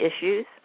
issues